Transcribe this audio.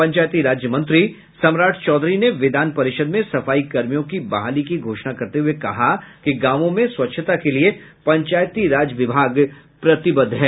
पंचायती राज मंत्री सम्राट चौधरी ने विधान परिषद में सफाईकर्मियों की बहाली की घोषणा करते हुये कहा कि गांवों में स्वच्छता के लिए पंचायती राज विभाग प्रतिबद्ध है